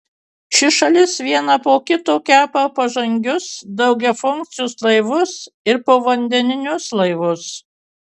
ši šalis vieną po kito kepa pažangius daugiafunkcius laivus ir povandeninius laivus